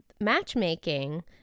matchmaking